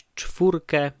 czwórkę